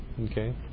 Okay